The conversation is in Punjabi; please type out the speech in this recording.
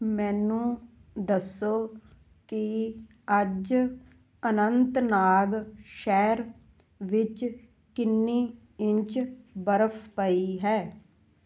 ਮੈਨੂੰ ਦੱਸੋ ਕਿ ਅੱਜ ਅਨੰਤਨਾਗ ਸ਼ਹਿਰ ਵਿੱਚ ਕਿੰਨੀ ਇੰਚ ਬਰਫ਼ ਪਈ ਹੈ